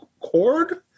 cord